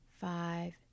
five